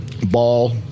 ball